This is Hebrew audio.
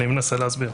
אני מנסה להסביר.